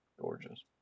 gorgeous